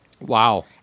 Wow